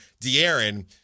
De'Aaron